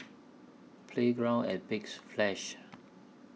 Playground At Big Splash